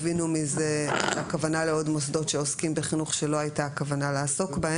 מזה שהכוונה לעוד מוסדות שעוסקים בחינוך שלא הייתה הכוונה לעסוק בהם.